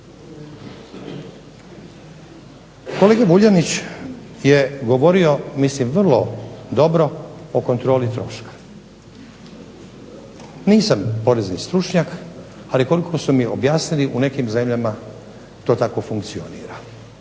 Kolega Vuljanić je govorio mislim vrlo dobro o kontroli troška. Nisam porezni stručnjak ali koliko su mi objasnili u nekim zemljama to tako funkcionira.